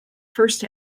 first